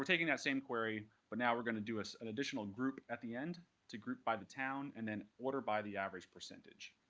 taking that same query, but now we're going to do so an additional group at the end to group by the town, and then order by the average percentage.